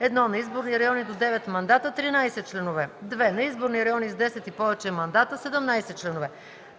1. за изборни райони до 9 мандата – 13 членове; 2. за изборни райони с 10 и повече мандата – 17 членове.